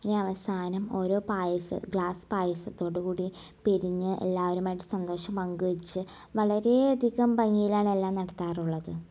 ഇനി അവസാനം ഒരോ പായസം ഗ്ലാസ് പായസത്തോട് കൂടി പിരിഞ്ഞ് എല്ലാവരുമായി സന്തോഷം പങ്ക് വെച്ച് വളരെ അധികം ഭംഗിയിലാണ് എല്ലാം നടത്താറുള്ളത്